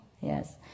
yes